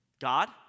God